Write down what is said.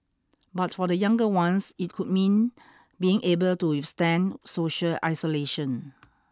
but for the younger ones it could mean being able to withstand social isolation